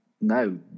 No